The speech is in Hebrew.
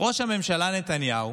ראש הממשלה נתניהו